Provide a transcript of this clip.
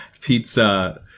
Pizza